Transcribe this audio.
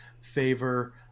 favor